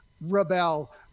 rebel